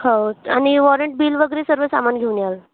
हो आणि warrant bill वगैरे सर्व सामान घेऊन याल